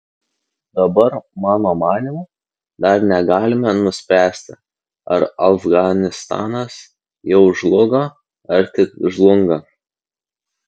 dabar mano manymu dar negalime nuspręsti ar afganistanas jau žlugo ar tik žlunga